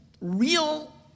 real